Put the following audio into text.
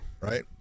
Right